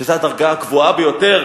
שזה הדרגה הגבוהה ביותר,